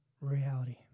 reality